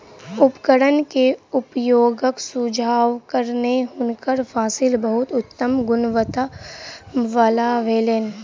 उपकरण के उपयोगक सुझावक कारणेँ हुनकर फसिल बहुत उत्तम गुणवत्ता वला भेलैन